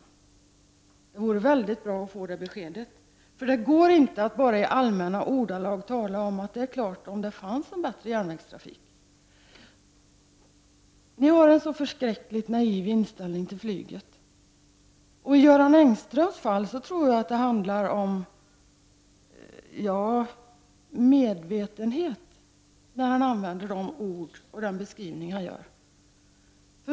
Det vore mycket bra att få detta besked. Det går inte att bara i allmänna ordalag tala om önskvärdheten av att det skulle finnas en bättre järnvägstrafik. Ni har en synnerligen naiv inställning till flyget. I Göran Engströms fall tror jag att det handlar om ett medvetet val av ord i den beskrivning han gör.